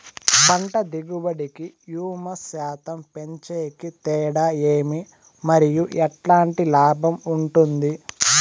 పంట దిగుబడి కి, హ్యూమస్ శాతం పెంచేకి తేడా ఏమి? మరియు ఎట్లాంటి లాభం ఉంటుంది?